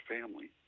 family